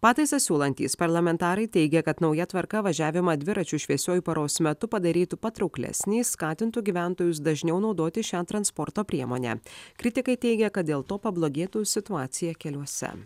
pataisą siūlantys parlamentarai teigia kad nauja tvarka važiavimą dviračiu šviesiuoju paros metu padarytų patrauklesnį skatintų gyventojus dažniau naudoti šią transporto priemonę kritikai teigia kad dėl to pablogėtų situacija keliuose